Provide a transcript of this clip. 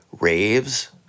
raves